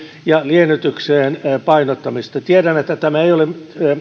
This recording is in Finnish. ja liennytyksen painottamista tiedän että tämä ei ole vain